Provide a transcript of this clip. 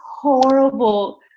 horrible